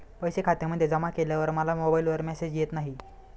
पैसे खात्यामध्ये जमा केल्यावर मला मोबाइलवर मेसेज येत नाही?